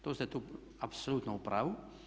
To ste tu apsolutno u pravu.